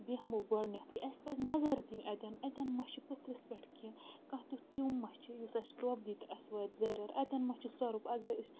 بیٚہمو گۄڈنٮ۪تھٕے اَسہِ پَزِ نظر دِنۍ اَتٮ۪ن اَتؠٮ۪ن ما چھِ پٕتھرِس پٮ۪ٹھ کینٛہہ کانٛہہ تیُتھ کیٚوم ما چھُ یُس اَسہِ ٹرٛوپ دِتۍ اَسہِ واتہِ زَریر اَتٮ۪ن ما چھِ سۄرُپ اگر أسۍ